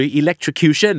electrocution